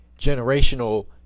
generational